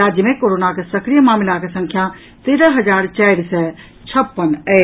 राज्य मे कोरोनाक सक्रिय मामिलाक संख्या तेरह हजार चारि सय छप्पन अछि